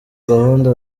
gahunda